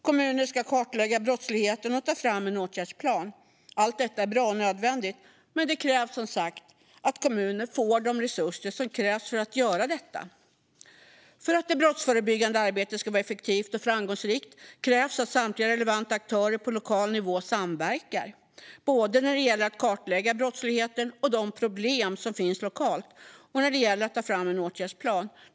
Kommuner ska även kartlägga brottsligheten och ta fram en åtgärdsplan. Allt detta är bra och nödvändigt, men då krävs som sagt att kommuner får de resurser som krävs för att göra detta. För att det brottsförebyggande arbetet ska vara effektivt och framgångsrikt krävs att samtliga relevanta aktörer på lokal nivå samverkar, både när det gäller att kartlägga brottsligheten och de problem som finns lokalt och när det gäller att ta fram en åtgärdsplan.